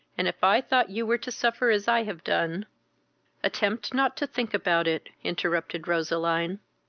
and if i thought you were to suffer as i have done attempt not to think about it, interrupted roseline.